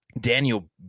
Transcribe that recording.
Daniel